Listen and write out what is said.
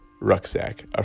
rucksack